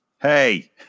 Hey